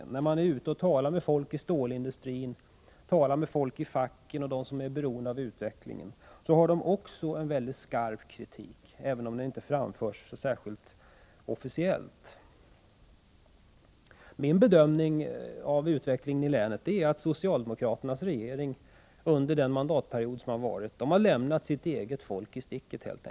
Också när man talar med personer inom stålindustrin, med fackrepresentanter och andra som är beroende av utvecklingen, förs det fram en mycket skarp kritik, även om den inte kommer fram i officiella sammanhang. Min bedömning av utvecklingen i länet är att socialdemokraternas regering under den gångna mandatperioden helt enkelt har lämnat sitt eget folk i sticket.